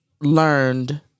learned